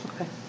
Okay